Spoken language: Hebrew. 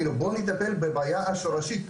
בואו נטפל בבעיה השורשית,